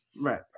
right